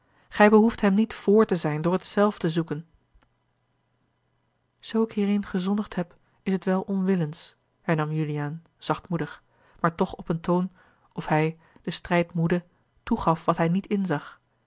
gij behoeft hem niet vr te zijn door het zelf te zoeken zoo ik hierin gezondigd heb is het wel onwillens hernam juliaan zachtmoedig maar toch op een toon of hij den strijd moede toegaf wat hij niet inzag